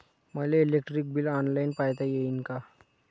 मले electric bill online पायता येईन का?